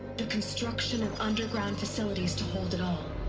the construction of underground facilities to hold it all.